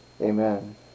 Amen